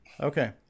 Okay